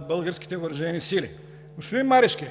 българските въоръжени сили. Господин Марешки,